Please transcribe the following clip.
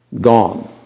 gone